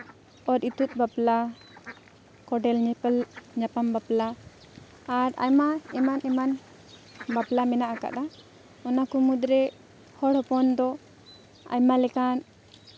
ᱚᱨ ᱤᱛᱩᱫ ᱵᱟᱯᱞᱟ ᱠᱳᱸᱰᱮᱞ ᱧᱟᱯᱟᱢ ᱵᱟᱯᱞᱟ ᱟᱨ ᱟᱭᱢᱟ ᱮᱢᱟᱱ ᱮᱢᱟᱱ ᱵᱟᱯᱞᱟ ᱢᱮᱱᱟᱜ ᱠᱟᱫᱟ ᱚᱱᱟ ᱠᱚ ᱢᱩᱫᱽᱨᱮ ᱦᱚᱲ ᱦᱚᱯᱚᱱ ᱫᱚ ᱟᱭᱢᱟ ᱞᱮᱠᱟᱱ